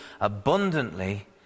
abundantly